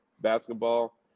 basketball